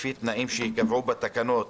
לפי תנאים שייקבעו בתקנות.